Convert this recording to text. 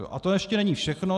A to ještě není všechno.